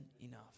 enough